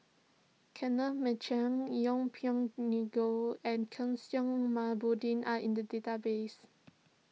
Kenneth Mitchell Yeng Pway Ngon and Kishore are in the database